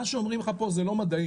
מה שאומרים לך פה זה לא מדעי,